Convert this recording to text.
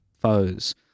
foes